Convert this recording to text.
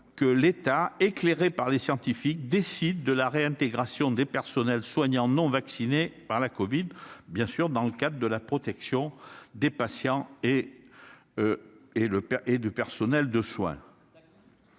que l'État, éclairé par les scientifiques, décide de la réintégration des personnels soignants non vaccinés dans le cadre de la protection des patients et du personnel de soin.